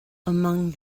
among